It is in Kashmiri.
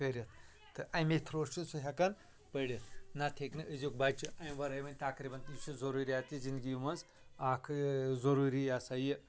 کٔرتھ تہٕ امے تھروٗ چھُ سُہ ہٮ۪کان پٔرِتھ نتہٕ ہٮ۪کہِ نہٕ أزیُک بچہِ امہِ ورٲے وۄنۍ تقریٖباً یہِ چھُ ضروٗریاتی زندگی منٛز اکھ ضروٗری یہِ ہسا یہِ